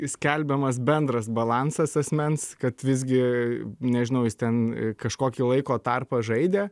skelbiamas bendras balansas asmens kad visgi nežinau jis ten kažkokį laiko tarpą žaidė